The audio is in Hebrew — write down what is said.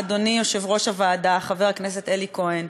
אדוני יושב-ראש הוועדה חבר הכנסת אלי כהן.